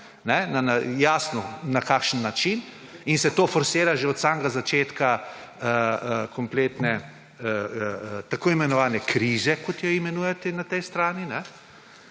jasno na kakšen način in se to forsira že od samega začetka kompletne tako imenovane krize, kot jo imenujete na tej strani,